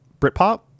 Britpop